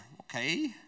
okay